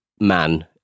man